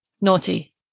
naughty